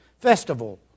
festival